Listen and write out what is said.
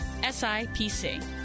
SIPC